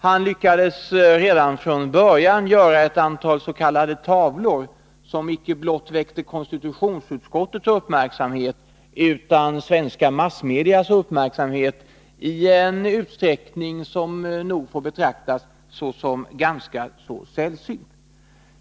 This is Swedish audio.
Han lyckades redan från början göra ett antal s.k. tavlor, som icke blott väckte konstitutionsutskottets uppmärksamhet utan även svenska massmedias uppmärksamhet i en utsträckning som nog får betraktas som ganska sällsynt.